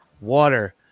water